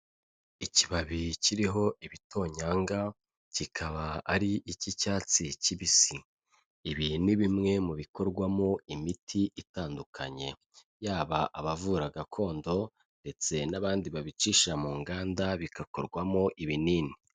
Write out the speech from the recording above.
Ikibabi kiriho ibitonyanga, kikaba ari icy'icyatsi kibisi, ibi ni bimwe mu bikorwamo imiti itandukanye, yaba abavura gakondo ndetse n'abandi babicisha mu nganda bigakorwamo ibinini.